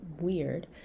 weird